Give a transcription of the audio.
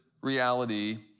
reality